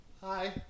Hi